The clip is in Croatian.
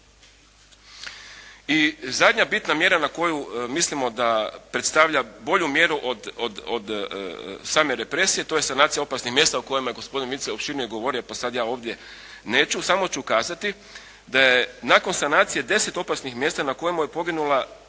I zadnja bitna mjera na koju mislimo da predstavlja bolju mjeru od same represije, to je sanacija opasnih mjesta o kojima je gospodin Vincelj opširnije govorio pa ja sada ovdje neću. Samo ću kazati da je nakon sanacije deset opasnih mjesta na kojima je poginulo